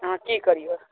अहाँ की करियै